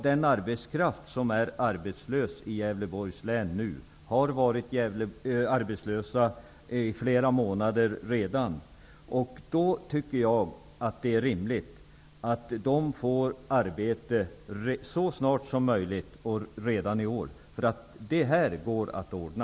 Den arbetslösa arbetskraften i Gävleborgs län har redan varit arbetslös i flera månader. Därför vore det rimligt att ge dem som är arbetslösa arbete så snart som möjligt, helst redan i år. Det går att ordna.